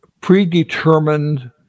predetermined